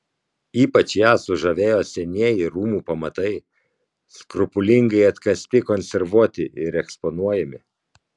ypač ją sužavėjo senieji rūmų pamatai skrupulingai atkasti konservuoti ir eksponuojami